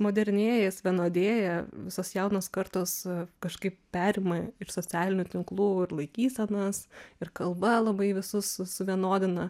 modernėja jis vienodėja visos jaunos kartos kažkaip perima ir socialinių tinklų ir laikysenas ir kalba labai visus su suvienodina